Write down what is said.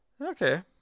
okay